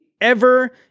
ever-